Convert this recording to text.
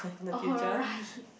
alright